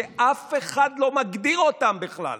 שאף אחד לא מגדיר אותם בכלל